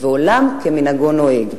ועולם כמנהגו נוהג.